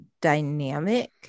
dynamic